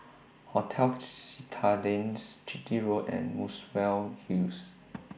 hotels Citadines Chitty Road and Muswell Hills